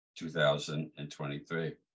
2023